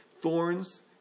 Thorns